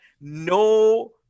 no